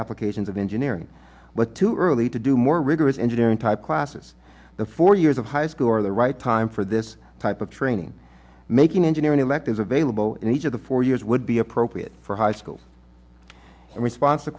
applications of engineering but too early to do more rigorous engineering type classes the four years of high school or the right time for this type of training making engineering electives available in each of the four years would be appropriate for high school and respons